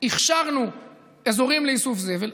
הכשרנו אזורים לאיסוף זבל.